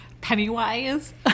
Pennywise